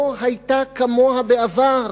לא היתה כמוה בעבר.